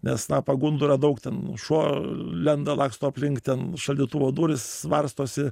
nes na pagundų yra daug ten šuo lenda laksto aplink ten šaldytuvo durys varstosi